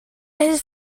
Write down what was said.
his